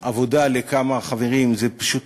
עבודה לכמה חברים, זה פשוט